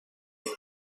indi